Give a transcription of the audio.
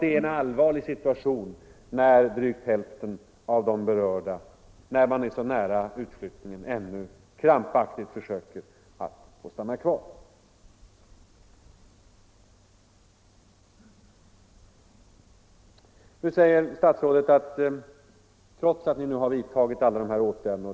Det är en allvarlig situation, när drygt hälften av de berörda så nära utflyttningen ännu krampaktigt försöker få stanna kvar i Stockholm. Nu säger statsrådet att vi har vidtagit alla dessa åtgärder.